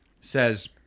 says